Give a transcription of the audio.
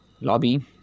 lobby